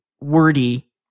wordy